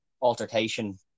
altercation